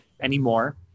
anymore